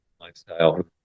lifestyle